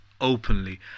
openly